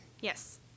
Yes